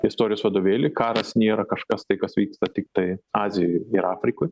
istorijos vadovėly karas nėra kažkas tai kas vyksta tiktai azijoj ir afrikoj